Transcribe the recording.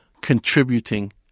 contributing